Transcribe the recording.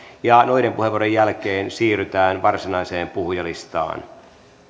noiden puheenvuorojen jälkeen siirrytään varsinaiseen puhujalistaan